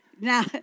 Now